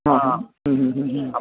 ആ ആ ആ